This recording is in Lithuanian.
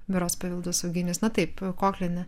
berods paveldosauginis na taip koklinė